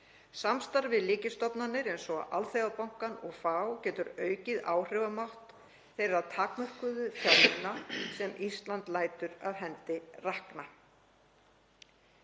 Samstarf við lykilstofnanir eins og Alþjóðabankann og FAO getur aukið áhrifamátt þeirra takmörkuðu fjármuna sem Ísland lætur af hendi rakna.